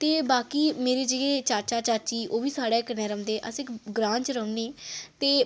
ते बाकी मेरे जेह्के चाचा चाची ओह् बी साढ़े कन्नै रौंह्दे अस इक ग्रांऽ च रोह्न्ने ते